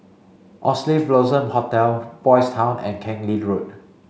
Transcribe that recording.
Oxley Blossom Hotel Boys' Town and Keng Lee Road